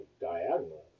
diagonal